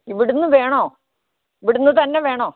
ഇവിടുന്ന് വേണോ ഇവിടുന്ന് തന്നെ വേണോ